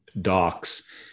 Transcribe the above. docs